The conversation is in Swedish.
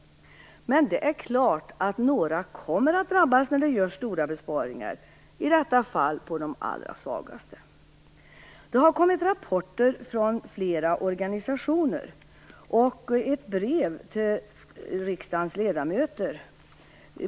Men det är klart att några kommer att drabbas när det görs stora besparingar. I detta fall görs besparingarna på de allra svagaste. Det har kommit rapporter från flera organisationer och ett brev till riksdagens ledamöter.